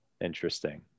Interesting